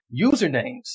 usernames